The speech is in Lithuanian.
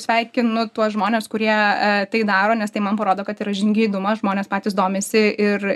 sveikinu tuos žmones kurie tai daro nes tai man parodo kad yra žingeidumo žmonės patys domisi ir